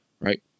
Right